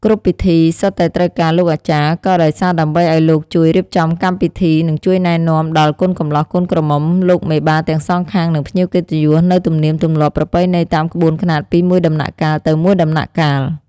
គ្រប់ពិធីសុទ្ធតែត្រូវការលោកអាចារ្យក៏ដោយសារដើម្បីឱ្យលោកជួយរៀបចំកម្មពិធីនិងជួយណែនាំដល់ កូនកម្លោះកូនក្រមុំ លោកមេបាទាំងសងខាង និងភ្ញៀវកិត្តិយលនូវទម្លៀមទម្លាប់ប្រពៃណីតាមក្បួនខ្នាតពីមួយដំណាក់កាលទៅមួយដំណាក់កាល។